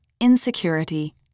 insecurity